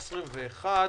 ב-24.3,2021",